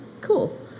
Cool